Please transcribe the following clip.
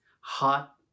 Hot